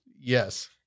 Yes